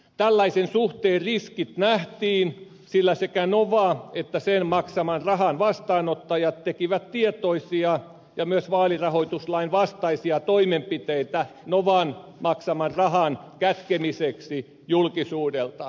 tällaisen suhteen riskit nähtiin sillä sekä nova että sen maksaman rahan vastaanottajat tekivät tietoisia ja myös vaalirahoituslain vastaisia toimenpiteitä novan maksaman rahan kätkemiseksi julkisuudelta